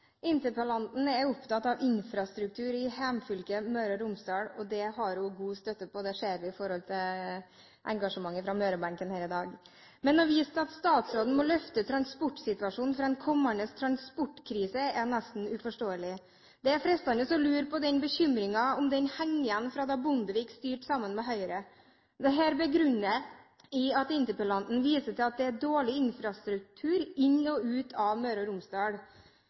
opptatt av infrastruktur i hjemfylket Møre og Romsdal, og der har hun god støtte. Det ser vi av engasjementet fra Møre-benken her i dag. Men å vise til at statsråden må løfte transportsituasjonen fra en kommende transportkrise, er nesten uforståelig. Det er fristende å lure på om den bekymringen henger igjen fra da Bondevik styrte sammen med Høyre. Dette begrunner interpellanten med å vise til at det er dårlig infrastruktur inn til og ut av Møre og Romsdal.